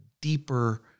deeper